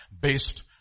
based